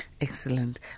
Excellent